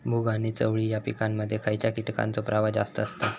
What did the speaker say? मूग आणि चवळी या पिकांमध्ये खैयच्या कीटकांचो प्रभाव जास्त असता?